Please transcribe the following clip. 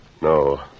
No